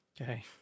Okay